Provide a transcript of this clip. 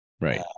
right